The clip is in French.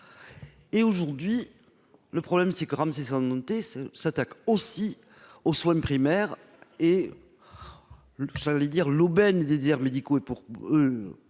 et aujourd'hui, le problème c'est grammes c'est monter se s'attaque aussi aux soins primaires et le j'allais dire l'aubaine déserts médicaux et pour eux,